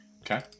Okay